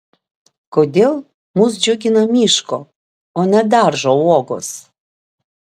kodėl mus džiugina miško o ne daržo uogos